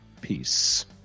peace